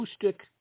acoustic